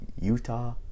Utah